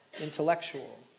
intellectual